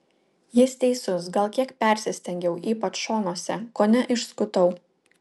jis teisus gal kiek persistengiau ypač šonuose kone išskutau